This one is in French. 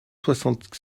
soixante